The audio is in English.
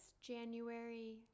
January